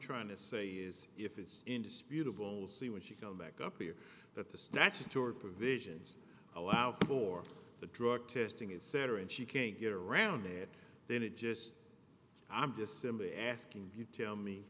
trying to say is if it's indisputable see when she comes back up here that the statutory provisions allow for the drug testing etc and she can't get around it then it just i'm just simply asking you tell